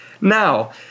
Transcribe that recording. Now